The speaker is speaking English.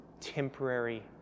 temporary